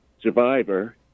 survivor